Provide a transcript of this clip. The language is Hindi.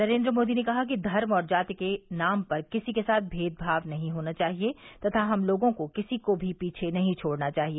नरेंद्र मोदी ने कहा कि धर्म और जाति के नाम पर किसी के साथ भेदभाव नहीं होना चाहिए तथा हम लोगों को किसी को भी पीछे नहीं छोड़ना चाहिए